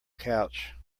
couch